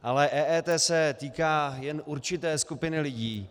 Ale EET se týká jen určité skupiny lidí.